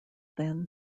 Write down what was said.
then